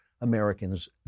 Americans